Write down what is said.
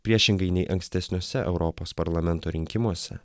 priešingai nei ankstesniuose europos parlamento rinkimuose